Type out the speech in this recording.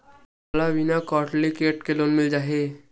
का मोला बिना कौंटलीकेट के लोन मिल जाही?